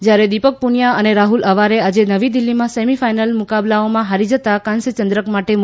જયારે દીપક પુનિઆ અને રાહ્લ અવારે આજે નવી દિલ્હીમાં સેમી ફાઇનલ મુકાબલાઓમાં હારી જતાં કાંસ્ય ચંદ્રક માટે મુકાબલો કરશે